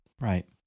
Right